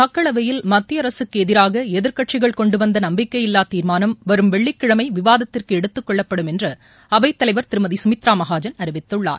மக்களவையில் மத்தியஅரசுக்குஎதிராகஎதிர்கட்சிகள் கொண்டுவந்தநம்பிக்கையில்வாதீர்மானம் வரும் வெள்ளிக்கிழமைவிவாதத்திற்குஎடுத்துக்கொள்ளப்படும் திருமதிசுமித்ராமகாஜன் அறிவித்துள்ளார்